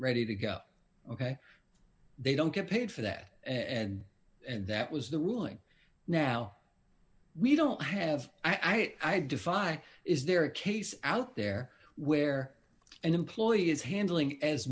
ready to go ok they don't get paid for that and and that was the ruling now we don't have i defy is there a case out there where an employee is handling as